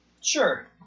Sure